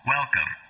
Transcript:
Welcome